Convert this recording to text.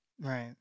Right